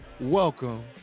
welcome